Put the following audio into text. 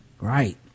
Right